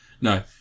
No